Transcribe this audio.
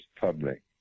public